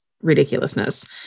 ridiculousness